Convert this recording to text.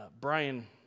Brian